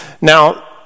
Now